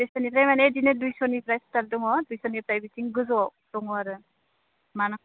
बेसेनिफ्राय माने दुइस'निफ्राय स्टार्ट दङ दुइस'निफ्राय बिदिनो गोजौआव दङ आरो